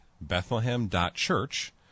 Bethlehem.Church